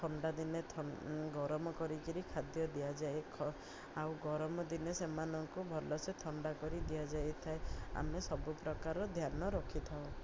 ଥଣ୍ଡା ଦିନେ ଗରମ କରିକି ଖାଦ୍ୟ ଦିଆଯାଏ ଆଉ ଗରମ ଦିନେ ସେମାନଙ୍କୁ ଭଲ ସେ ଥଣ୍ଡା କରି ଦିଆଯାଇଥାଏ ଆମେ ସବୁପ୍ରକାର ଧ୍ୟାନ ରଖିଥାଉ